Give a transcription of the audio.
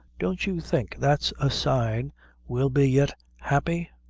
don't you think that's a sign we'll be yet happy?